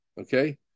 Okay